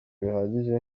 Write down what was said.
bihagije